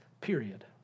period